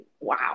wow